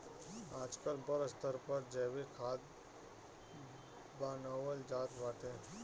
आजकल बड़ स्तर पर जैविक खाद बानवल जात बाटे